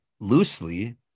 loosely